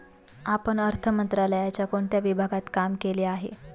आपण अर्थ मंत्रालयाच्या कोणत्या विभागात काम केले आहे?